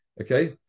Okay